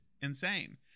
insane